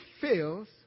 fails